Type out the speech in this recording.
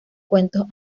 cuentos